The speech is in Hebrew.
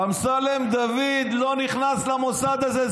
אמסלם דוד לא נכנס למוסד הזה.